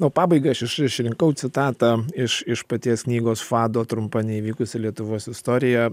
o pabaigai aš iš išrinkau citatą iš iš paties knygos fado trumpa neįvykusi lietuvos istorija